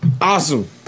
Awesome